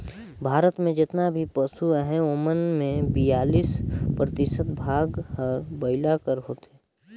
भारत में जेतना भी पसु अहें ओमन में बियालीस परतिसत भाग हर बइला कर होथे